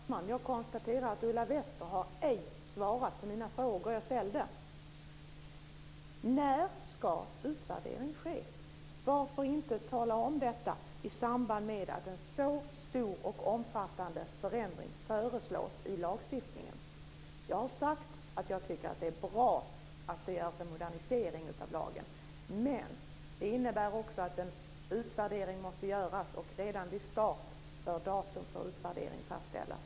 Fru talman! Jag konstaterar att Ulla Wester ej har svarat på de frågor jag ställde. När ska utvärdering ske? Varför inte tala om detta i samband med att en så stor och omfattande förändring föreslås i lagstiftningen? Jag har sagt att jag tycker att det är bra att det görs en modernisering av lagen, men det innebär också att en utvärdering måste göras, och redan vid start bör datum för utvärdering fastställas.